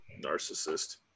Narcissist